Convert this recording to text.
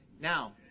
now